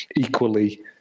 equally